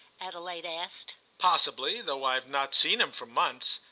adelaide asked. possibly, though i've not seen him for months.